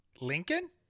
Lincoln